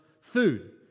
food